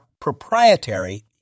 proprietary